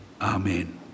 Amen